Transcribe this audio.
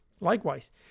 Likewise